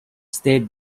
state